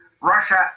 russia